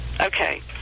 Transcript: Okay